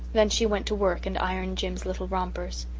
then she went to work and ironed jims's little rompers.